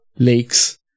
lakes